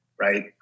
right